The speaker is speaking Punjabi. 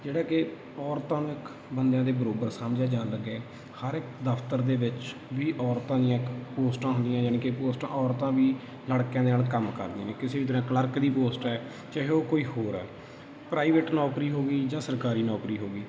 ਜਿਹੜਾ ਕਿ ਔਰਤਾਂ ਨੂੰ ਇੱਕ ਬੰਦਿਆਂ ਦੇ ਬਰਾਬਰ ਸਮਝਿਆ ਜਾਣ ਲੱਗਿਆ ਹਰ ਇੱਕ ਦਫ਼ਤਰ ਦੇ ਵਿੱਚ ਵੀ ਔਰਤਾਂ ਦੀਆਂ ਇੱਕ ਪੋਸਟਾਂ ਹੁੰਦੀਆਂ ਜਾਣੀ ਕਿ ਪੋਸਟਾਂ ਔਰਤਾਂ ਵੀ ਲੜਕਿਆਂ ਦੇ ਨਾਲ ਕੰਮ ਕਰਦੀਆਂ ਕਿਸੇ ਵੀ ਤਰ੍ਹਾਂ ਕਲਰਕ ਦੀ ਪੋਸਟ ਹੈ ਚਾਹੇ ਉਹ ਕੋਈ ਹੋਰ ਹੈ ਪ੍ਰਾਈਵੇਟ ਨੋਕਰੀ ਹੋ ਗਈ ਜਾਂ ਸਰਕਾਰੀ ਨੋਕਰੀ ਹੋ ਗਈ